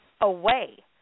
away